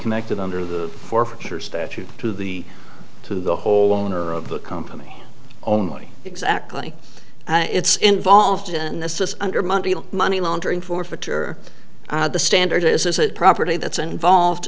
connected under the forfeiture statute to the to the whole owner of the company only exactly it's involved in this is under money money laundering forfeiture the standard is a property that's involved